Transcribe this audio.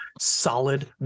Solid